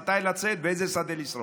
מתי לצאת ואיזה שדה לשרוף.